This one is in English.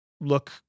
look